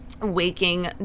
waking